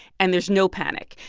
and there's no panic.